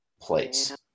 place